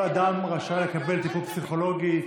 כל אדם רשאי לקבל טיפול פסיכולוגי.